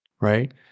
right